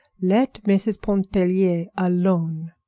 let mrs. pontellier alone.